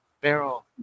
barrel